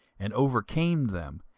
and overcame them,